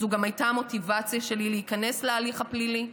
זו גם הייתה המוטיבציה שלי להיכנס להליך הפלילי,